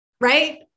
Right